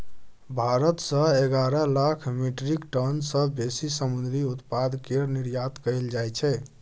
भारत सँ एगारह lakh metric ton सँ बेसी समुंदरी उत्पाद केर निर्यात कएल जाइ छै